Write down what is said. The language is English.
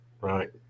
right